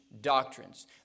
doctrines